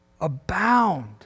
Abound